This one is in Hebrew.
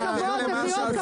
שבוע הבא השבעה.